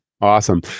Awesome